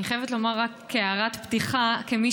אני חייבת לומר רק כהערת פתיחה שכמי